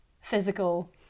physical